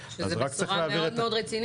אז רק צריך להבהיר --- שזו בשורה מאוד מאוד רצינית.